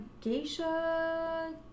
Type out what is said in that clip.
geisha